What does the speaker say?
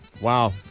Wow